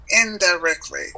indirectly